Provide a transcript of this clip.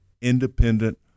independent